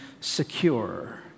secure